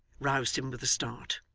roused him with a start.